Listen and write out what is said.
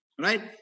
right